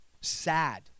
sad